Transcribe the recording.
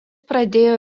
pradėjo